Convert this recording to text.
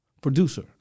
Producer